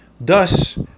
thus